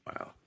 Wow